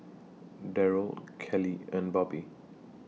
Derrell Kelly and Bobby